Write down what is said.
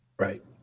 Right